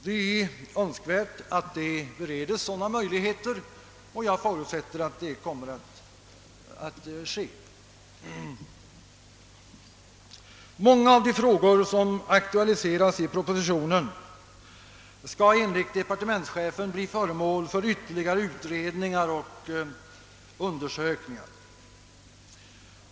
Det är önskvärt att det beredes sådana möjligheter, och jag förutsätter att så kommer att ske. Många av de frågor som aktualiseras i propositionen skall enligt departementschefen bli föremål för ytterligare utredningar och undersökningar.